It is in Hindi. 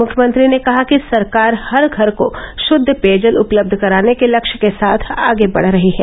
मुख्यमंत्री ने कहा कि सरकार हर घर को शुद्द पेयजल उपलब्ध कराने के लक्ष्य के साथ आगे बढ़ रही है